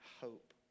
hope